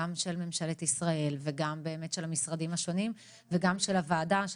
גם של ממשלת ישראל וגם של המשרדים השונים וגם של הוועדה.